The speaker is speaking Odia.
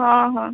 ହଁ ହଁ